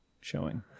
showing